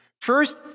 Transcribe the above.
First